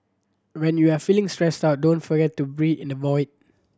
when you are feeling stressed out don't forget to breathe in the void